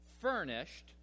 furnished